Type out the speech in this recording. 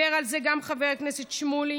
ודיברו על זה גם חבר הכנסת שמולי